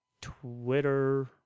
Twitter